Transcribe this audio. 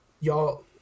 y'all